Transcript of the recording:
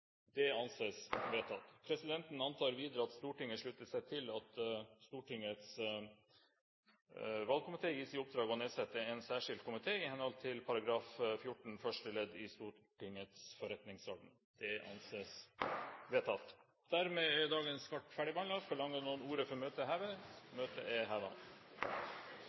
Det anses vedtatt. Presidenten antar videre at Stortinget slutter seg til at Stortingets valgkomité gis i oppdrag å nedsette en særskilt komité i henhold til § 14 første ledd i Stortingets forretningsorden. – Det anses vedtatt. Dermed er dagens kart ferdigbehandlet. Forlanger noen ordet før møtet heves? – Møtet er